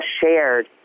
shared